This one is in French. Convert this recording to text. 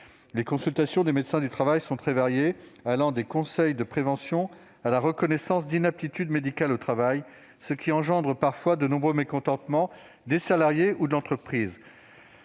Les consultations d'un médecin du travail sont très variées, allant des conseils de prévention à la reconnaissance d'inaptitudes médicales au travail, ce qui entraîne de nombreux mécontentements de la part des salariés ou de l'entreprise,